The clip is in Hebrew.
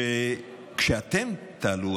שכשאתם תעלו,